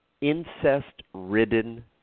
incest-ridden